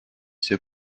ses